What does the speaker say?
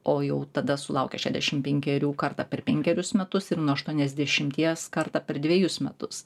o jau tada sulaukę šešiasdešimt penkerių kartą per penkerius metus ir nuo aštuoniasdešimties kartą per dvejus metus